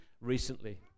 recently